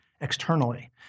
externally